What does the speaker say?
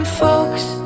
folks